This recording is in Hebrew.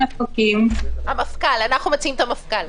אנחנו מציעים את המפכ"ל.